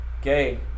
Okay